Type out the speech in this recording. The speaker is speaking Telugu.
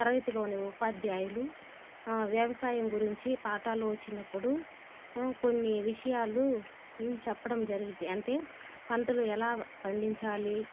తరగతిలోని ఉపాధ్యాయులు వ్యవసాయం గురించి పాఠాలు వచ్చినప్పుడు కొన్ని విషయాలు చెప్పడం జరిగింది అంటే పంటలు ఎలా పండించాలి